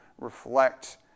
reflect